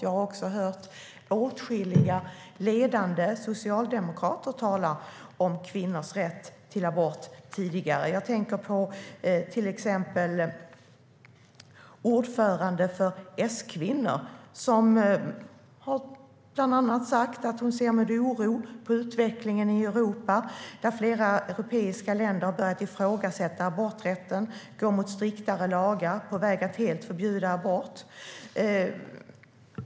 Jag har tidigare hört åtskilliga ledande socialdemokrater tala om kvinnors rätt till abort. Till exempel har ordföranden för S-kvinnor sagt att hon ser med oro på utvecklingen i Europa; flera europeiska länder har börjat ifrågasätta aborträtten, går mot striktare lagar och är på väg att helt förbjuda abort.